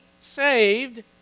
saved